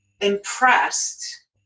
impressed